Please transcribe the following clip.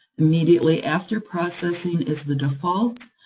immediately after processing is the default,